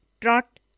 trot